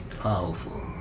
powerful